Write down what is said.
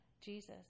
Jesus